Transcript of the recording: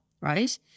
right